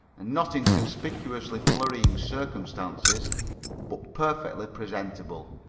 and not in conspicuously flourishing circumstances but perfectly presentable.